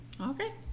Okay